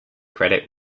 credit